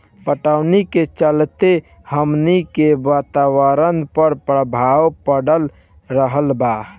पटवनी के चलते हमनी के वातावरण पर प्रभाव पड़ रहल बा